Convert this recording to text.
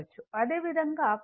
అదే విధంగా current IR